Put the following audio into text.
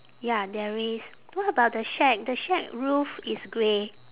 ya there is what about the shack the shack roof is grey